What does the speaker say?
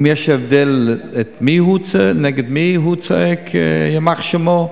האם יש הבדל נגד מי הוא צועק "יימח שמו"?